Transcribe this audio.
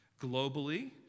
Globally